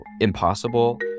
impossible